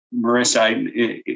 Marissa